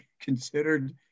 considered